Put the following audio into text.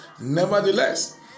Nevertheless